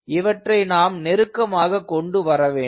இவற்றை நாம் நெருக்கமாக கொண்டு வரவேண்டும்